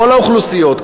כל האוכלוסיות,